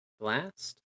blast